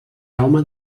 jaume